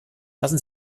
lassen